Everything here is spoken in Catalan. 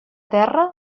terra